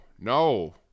no